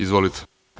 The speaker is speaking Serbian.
Izvolite.